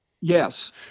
Yes